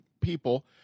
people